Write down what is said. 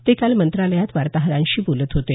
ते काल मंत्रालयात वार्ताहरांशी बोलत होते